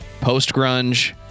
Post-grunge